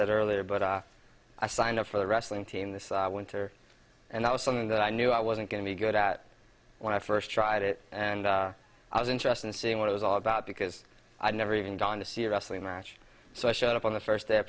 said earlier but i signed up for the wrestling team this winter and that was something that i knew i wasn't going to be good at when i first tried it and i was interested in seeing what it was all about because i never even gone to see a wrestling match so i showed up on the first day of